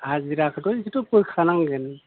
हाजिराखौथ' इखोथ' होखानांगोन